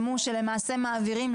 תומא סלימאן.